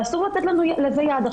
אסור לתת לזה יד.